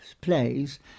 plays